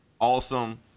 Awesome